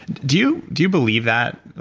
do you do you believe that,